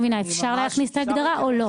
אפשר להכניס את ההגדרה או לא?